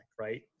right